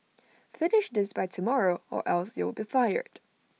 finish this by tomorrow or else you'll be fired